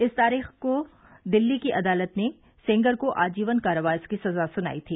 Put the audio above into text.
इसी तारीख को दिल्ली की अदालत ने सेंगर को आजीवन कारावास की सजा सुनायी थी